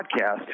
podcast